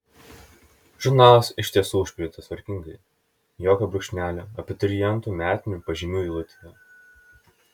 žurnalas iš tiesų užpildytas tvarkingai jokio brūkšnelio abiturientų metinių pažymių eilutėje